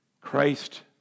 Christ